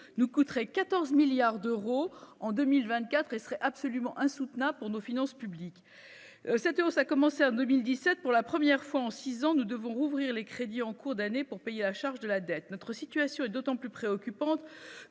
nous coûterait 14 milliards d'euros en 2024 et serait absolument insoutenable pour nos finances publiques, cette hausse a commencé en 2017 pour la première fois en 6 ans, nous devons rouvrir les crédits en cours d'année, pour payer la charge de la dette, notre situation est d'autant plus préoccupante